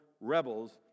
rebels